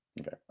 Okay